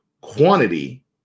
quantity